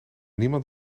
niemand